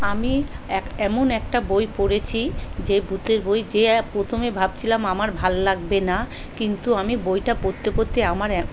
আমি এক এমন একটা বই পড়েছি যে ভূতের বই যে অ্যা প্রথমে ভাবছিলাম আমার ভাল লাগবে না কিন্তু আমি বইটা পড়তে পড়তেই আমার অ্যা